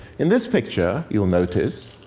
in this picture, you'll notice,